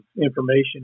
information